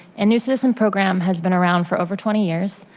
and new citizenship program has been around for over twenty years.